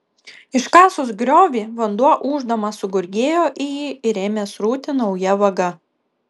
iškasus griovį vanduo ūždamas sugurgėjo į jį ir ėmė srūti nauja vaga